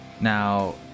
Now